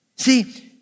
See